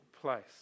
place